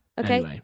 okay